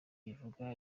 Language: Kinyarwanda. kuvuga